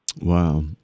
Wow